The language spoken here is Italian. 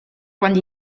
quando